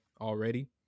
already